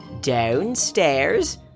Downstairs